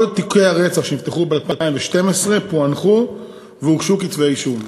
כל תיקי הרצח שנפתחו ב-2012 פוענחו והוגשו כתבי-אישום.